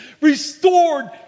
restored